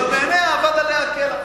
אבל בעיני אבד עליה כלח.